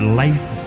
life